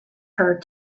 her